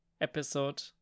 episode